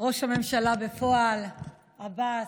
ראש הממשלה בפועל עבאס,